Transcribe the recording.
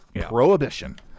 prohibition